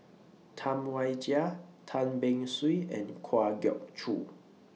Tam Wai Jia Tan Beng Swee and Kwa Geok Choo